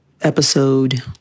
episode